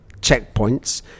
checkpoints